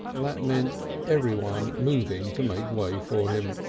that meant everyone moving to make way for him.